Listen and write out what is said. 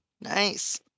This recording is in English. Nice